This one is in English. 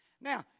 Now